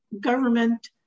government